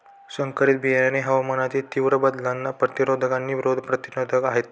संकरित बियाणे हवामानातील तीव्र बदलांना प्रतिरोधक आणि रोग प्रतिरोधक आहेत